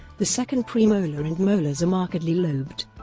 the second premolar and molars are markedly lobed.